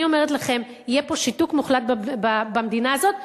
אני אומרת לכם: יהיה פה שיתוק מוחלט במדינה הזאת,